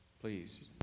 please